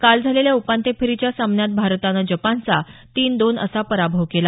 काल झालेल्या उपान्त्य फेरीच्या सामन्यात भारतानं जपानचा तीन दोन असा पराभव केला